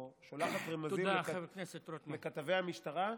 או שולחת רמזים לכתבי המשטרה,